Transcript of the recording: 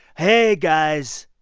hey, guys.